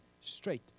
straight